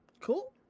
Cool